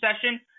session